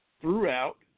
throughout